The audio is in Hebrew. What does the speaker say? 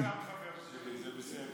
גם אתה חבר שלי וזה בסדר.